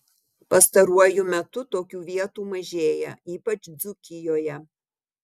pastaruoju metu tokių vietų mažėja ypač dzūkijoje